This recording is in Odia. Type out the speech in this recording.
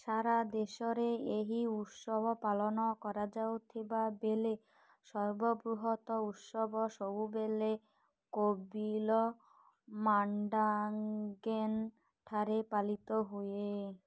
ସାରା ଦେଶରେ ଏହି ଉତ୍ସବ ପାଳନ କରାଯାଉଥିବା ବେଳେ ସର୍ବବୃହତ୍ ଉତ୍ସବ ସବୁବେଳେ କୋଭିଲ ମୋଣ୍ଟାଗ୍ନେ ଠାରେ ପାଳିତ ହୁଏ